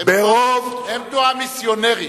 הם תנועה מיסיונרית.